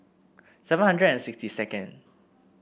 seven hundred and sixty second